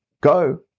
go